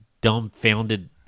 dumbfounded